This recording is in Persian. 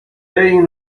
این